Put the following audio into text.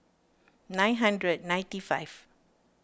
nine hundred ninety five